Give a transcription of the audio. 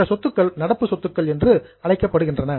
இந்த சொத்துக்கள் நடப்பு சொத்துக்கள் என்று அழைக்கப்படுகின்றன